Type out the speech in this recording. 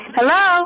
Hello